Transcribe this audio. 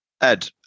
Ed